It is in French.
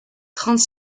trente